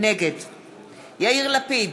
נגד יאיר לפיד,